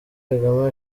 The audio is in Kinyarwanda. kagame